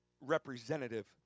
representative